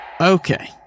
Okay